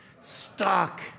Stuck